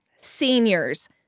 Seniors